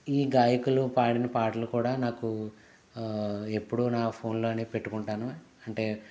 ఈ గాయకులు పాడిన పాటలు కూడా నాకు ఎప్పుడూ నా ఫోన్ లోనే పెట్టుకుంటాను అంటే